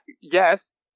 yes